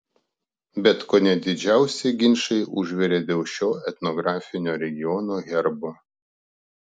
bet kone didžiausi ginčai užvirė dėl šio etnografinio regiono herbo